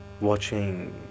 watching